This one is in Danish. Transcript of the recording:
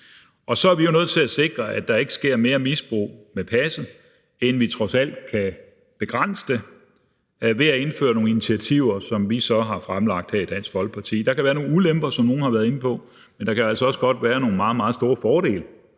Så er vi jo nødt til at sikre, at der ikke sker misbrug af passene, og at vi trods alt kan begrænse det ved at gennemføre nogle initiativer, som vi så har fremlagt her fra Dansk Folkepartis side. Der kan være nogle ulemper, som nogle har været inde på, men der kan altså også være nogle meget, meget store fordele,